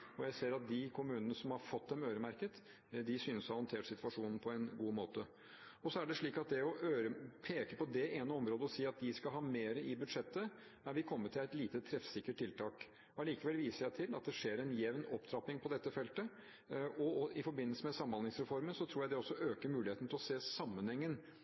regjeringen. Jeg ser at de kommunene som har fått dem øremerket, synes å ha håndtert situasjonen på en god måte. Så er det slik at å peke på det ene området og si at de skal ha mer i budsjettet, er vi kommet til er et lite treffsikkert tiltak. Likevel viser jeg til at det skjer en jevn opptrapping på dette feltet, og i forbindelse med Samhandlingsreformen tror jeg det også øker muligheten til å se sammenhengen